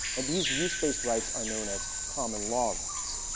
and these use based rights are known as common law rights.